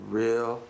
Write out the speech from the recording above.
real